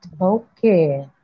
Okay